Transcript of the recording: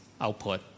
output